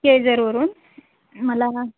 केळजरवरून मला